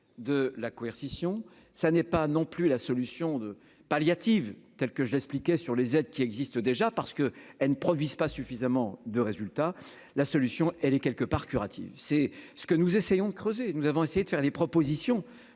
de la coercition, ça n'est pas non plus la solution de palliatives telle que je l'expliquais sur les aides qui existent déjà, parce que elle ne produise pas suffisamment de résultats, la solution elle est quelque part curatif, c'est ce que nous essayons de creuser, nous avons essayé de faire des propositions